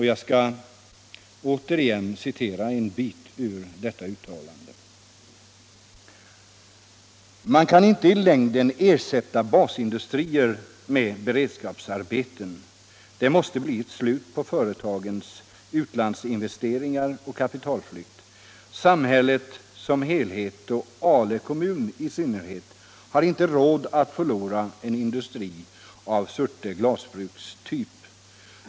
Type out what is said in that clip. Jag skall återigen citera: ”Man kan inte i längden ersätta basindustrier med beredskapsarbeten. Det måste bli ett slut på företagens utlandsinvesteringar och kapitalflykt. Samhället som helhet och Ale kommun i synnerhet har inte råd att förlora en industri av Surte glasbruks typ.